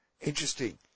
Interesting